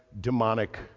demonic